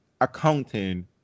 accounting